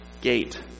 gate